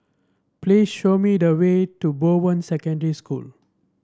please show me the way to Bowen Secondary School